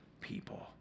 people